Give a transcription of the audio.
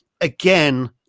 again